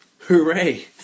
Hooray